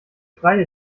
freie